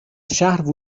شهر